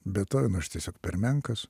betovenui aš tiesiog per menkas